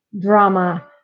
drama